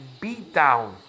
beatdown